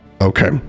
Okay